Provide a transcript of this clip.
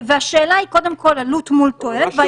והשאלה היא קודם כול עלות מול תועלת,